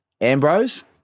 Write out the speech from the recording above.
Ambrose